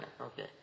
okay